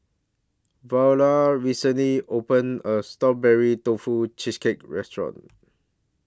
Verla recently opened A New Strawberry Tofu Cheesecake Restaurant